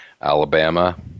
Alabama